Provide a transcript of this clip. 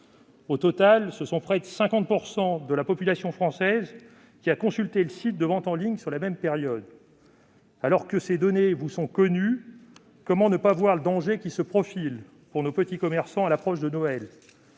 Au total, près de 50 % de la population française a consulté des sites de vente en ligne sur la même période. Alors que vous connaissez ces données, comment ne voyez-vous pas le danger qui se profile pour nos petits commerçants à l'approche de Noël ?